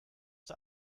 der